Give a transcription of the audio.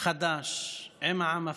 חדש עם העם הפלסטיני,